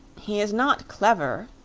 he is not clever,